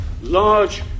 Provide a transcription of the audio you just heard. Large